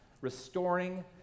restoring